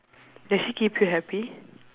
does she keep you happy